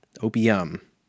opium